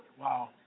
Wow